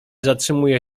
zatrzymuje